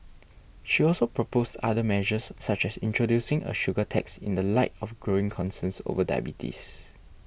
she also proposed other measures such as introducing a sugar tax in the light of growing concerns over diabetes